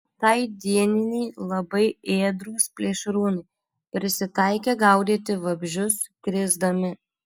tai dieniniai labai ėdrūs plėšrūnai prisitaikę gaudyti vabzdžius skrisdami